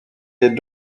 des